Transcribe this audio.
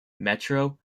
metro